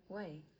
why